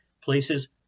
Places